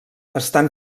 estan